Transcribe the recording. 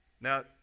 Now